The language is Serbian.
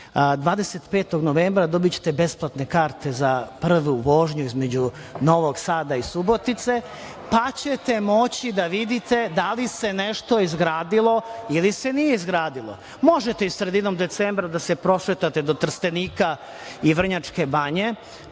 25. novembra dobićete besplatne karte za prvu vožnju između Novog Sada i Subotice, pa ćete moći da vidite da li se nešto izgradilo ili se nije izgradilo. Možete i sredinom decembra da se prošetate do Trstenika i Vrnjačke Banje,